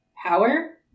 Power